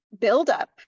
buildup